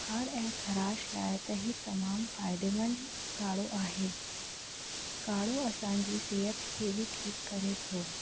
बुख़ारु ऐं ख़राश लाइ त हीउ तमामु फ़ाइदेमंद काढ़ो आहे काढ़ो असांजी सिहत खे बि ठीकु करे थो